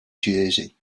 jersey